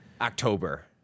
October